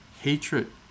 hatred